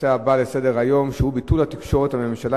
הצעה לסדר-היום בנושא: ביטול התקשרות של הממשלה